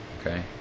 okay